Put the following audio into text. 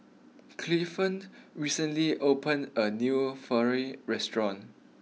Clifton recently opened a new Falafel restaurant